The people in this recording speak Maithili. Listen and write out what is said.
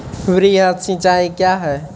वृहद सिंचाई कया हैं?